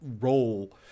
role